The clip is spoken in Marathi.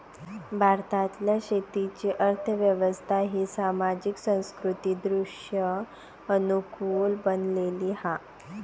भारतातल्या शेतीची अर्थ व्यवस्था ही सामाजिक, सांस्कृतिकदृष्ट्या अनुकूल बनलेली हा